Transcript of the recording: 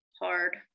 hard